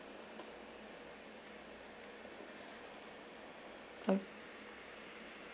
okay